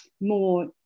more